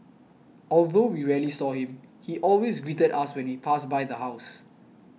although we rarely saw him he always greeted us when we passed by the house